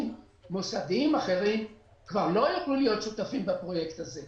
מוסדיים אחרים כבר לא יוכלו להיות שותפים בפרויקט הזה.